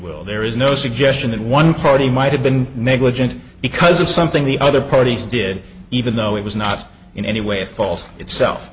will there is no suggestion that one party might have been negligent because of something the other parties did even though it was not in any way at fault itself